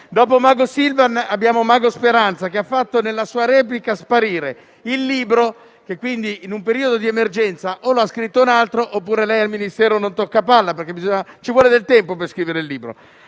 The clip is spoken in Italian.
Dopo mago Silvan abbiamo mago Speranza, che nella sua replica ha fatto sparire il libro e quindi, in un periodo di emergenza, o lo ha scritto un altro oppure lei al Ministero non tocca palla, perché ci vuole del tempo per scrivere un libro.